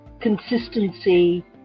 consistency